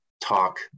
talk